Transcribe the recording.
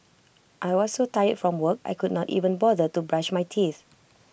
I was so tired from work I could not even bother to brush my teeth